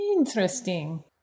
Interesting